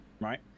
right